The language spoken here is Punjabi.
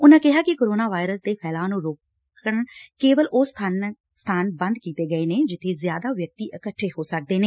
ਉਨੂਾ ਕਿਹਾ ਕਿ ਕੋਰੋਨਾ ਵਾਇਰਸ ਦੇ ਫੈਲਾਅ ਨੂੰ ਰੋਕਣ ਕੇਵਲ ਉਹ ਸਥਾਨ ਬੰਦ ਕੀਤੇ ਗਏ ਨੇ ਜਿੱਥੇ ਜ਼ਿਆਦਾ ਵਿਅਕਤੀ ਇਕੱਠੇ ਹੋ ਸਕਦੇ ਨੇ